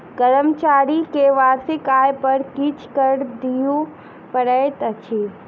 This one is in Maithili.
कर्मचारी के वार्षिक आय पर किछ कर दिअ पड़ैत अछि